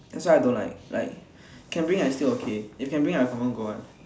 that's why I don't like like can bring I still okay if can bring I confirm go [one]